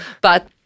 but-